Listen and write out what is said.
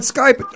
Skype